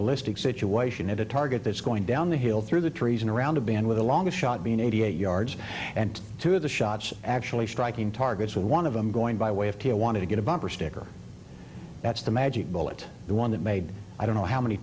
ballistic situation at a target that's going down the hill through the trees and around a band with a long shot being eighty eight yards and two of the shots actually striking targets with one of them going by way of i want to get a bumper sticker that's the magic bullet the one that made i don't know how many